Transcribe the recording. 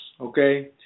okay